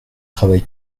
travail